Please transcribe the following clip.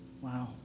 Wow